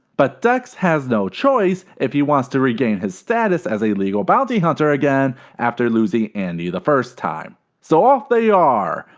but dex has no choice if he wants to regain his status as a legal bounty hunter again after losing andi the first time. so off they are,